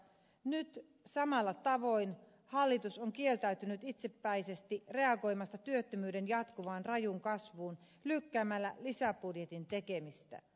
nyt samalla tavoin hallitus on kieltäytynyt itsepäisesti reagoimasta työttömyyden jatkuvaan rajuun kasvuun lykkäämällä lisäbudjetin tekemistä